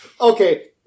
okay